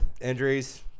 injuries